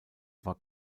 war